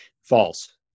False